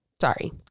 Sorry